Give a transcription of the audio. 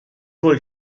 هول